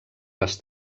les